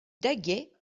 daguet